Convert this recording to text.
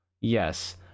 Yes